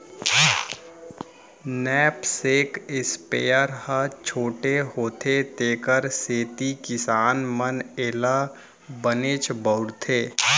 knapsack sprayer ह छोटे होथे तेकर सेती किसान मन एला बनेच बउरथे